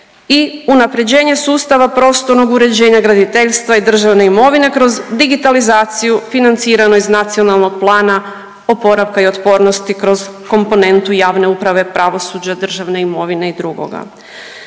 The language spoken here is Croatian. i unapređenje sustava prostornog uređenja, graditeljstva i državne imovine kroz digitalizaciju financiranu iz Nacionalnog plana oporavka i otpornosti kroz komponentu javne uprave, pravosuđa, državne imovine i drugoga.